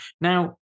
Now